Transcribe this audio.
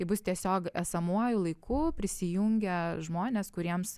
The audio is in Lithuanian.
tai bus tiesiog esamuoju laiku prisijungę žmonės kuriems